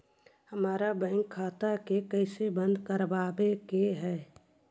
हमर बैंक खाता के कैसे बंद करबाबे के है?